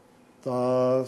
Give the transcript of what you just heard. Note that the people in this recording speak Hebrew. גטאס.